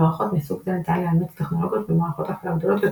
במערכות מסוג זה ניתן לאמץ טכנולוגיות ממערכות הפעלה גדולות יותר.